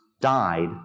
died